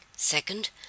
Second